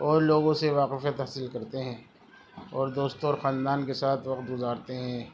اور لوگوں سے واقفیت حاصل کرتے ہیں اور دوستوں خاندان کے ساتھ وقت گزارتے ہیں